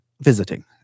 visiting